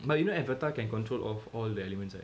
but you know avatar can control of all the elements right